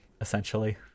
essentially